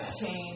change